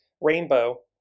rainbow